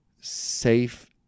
safe